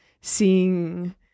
seeing